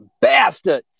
bastard